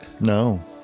no